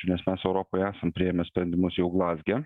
nes mes europoje esam priėmę sprendimus jau glazge